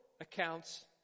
accounts